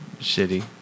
shitty